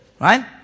Right